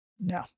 No